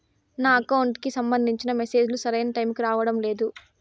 నా అకౌంట్ కి సంబంధించిన మెసేజ్ లు సరైన టైముకి రావడం లేదు